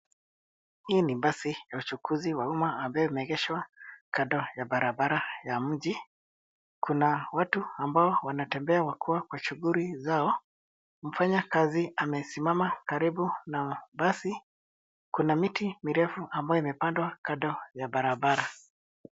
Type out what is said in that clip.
Hii ni basi ya uchukuzi wa umma ambayo imeegeshwa kando ya barabara ya mji. Kuna watu ambao wanatembea wakiwa kwa shughuli zao. Mfanyakazi amesimama karibu na basi. Kuna miti mirefu ambayo imepandwa kando ya barabara.